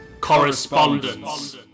correspondence